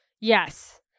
Yes